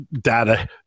data